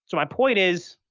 so my point is,